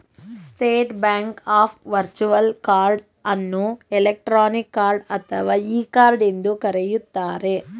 state Bank of virtual card ಅನ್ನು electronic card ಅಥವಾ e card ಎಂದು ಕರೆಯುತ್ತಾರೆ